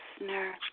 listener